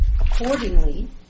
Accordingly